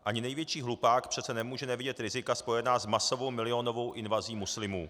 Ani největší hlupák přece nemůže nevidět rizika spojená s masovou milionovou invazí muslimů.